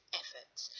efforts